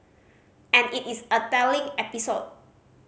and it is a telling episode